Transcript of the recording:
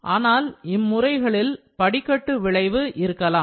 ஆனால் இம்முறைகளில் படிக்கட்டு விளைவு இருக்கலாம்